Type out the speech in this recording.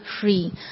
free